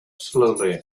slowly